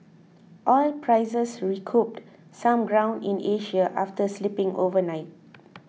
oil prices recouped some ground in Asia after slipping overnight